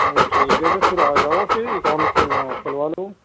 اچھا ٹھیک ہے پھر پھر آجاؤ پھر اکاؤنٹ کھلوانا ہو کھلوا لو